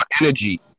energy